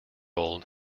old